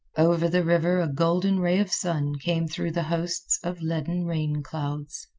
over the river a golden ray of sun came through the hosts of leaden rain clouds.